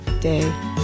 day